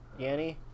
Yanny